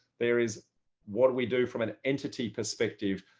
there is what we do from an entity perspective.